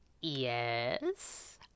Yes